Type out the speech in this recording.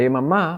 היממה,